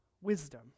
wisdom